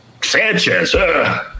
Sanchez